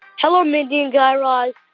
hello, mindy and guy raz.